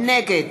נגד